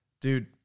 Dude